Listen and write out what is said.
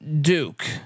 Duke